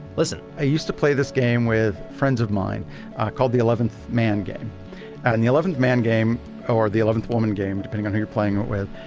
listen i used to play this this game with friends of mine called the eleventh man game and the eleventh man game or the eleventh woman game depending on who you're playing with,